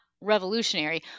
revolutionary